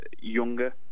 younger